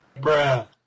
bruh